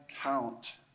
count